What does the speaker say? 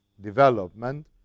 development